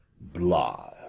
blah